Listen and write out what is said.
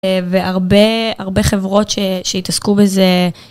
והרבה, הרבה חברות שהתעסקו בזה.